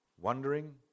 wondering